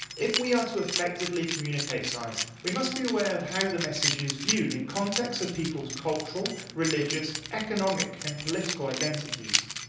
if we are to effectively communicate science, we must be aware of how the message is viewed in context of people's cultural, religious, economic, and political identities.